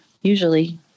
Usually